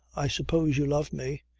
i suppose you love me.